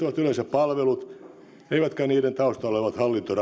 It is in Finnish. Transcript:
palvelut eivätkä niiden taustalla olevat hallintorakenteet